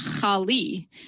Chali